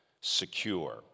secure